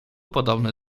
podobny